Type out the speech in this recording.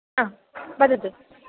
हा वदतु